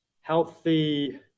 healthy